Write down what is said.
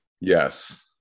Yes